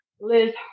Liz